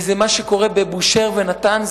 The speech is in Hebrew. וזה מה שקורה בבושהר ונתאנז,